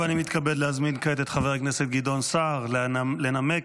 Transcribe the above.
אני מתכבד להזמין את חבר הכנסת גדעון סער לנמק